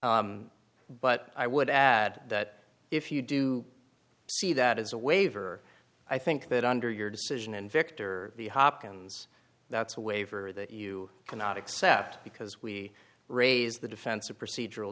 remedy but i would add that if you do see that as a waiver i think that under your decision in victor the hopkins that's a waiver that you cannot accept because we raise the defense of procedural